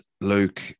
Luke